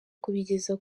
kubigeza